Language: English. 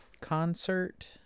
concert